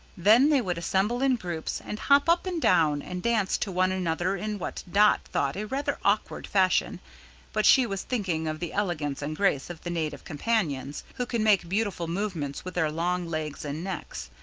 then they would assemble in groups, and hop up and down, and dance to one another in what dot thought a rather awkward fashion but she was thinking of the elegance and grace of the native companions, who can make beautiful movements with their long legs and necks,